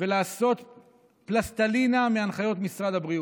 ולעשות פלסטלינה מהנחיות משרד הבריאות.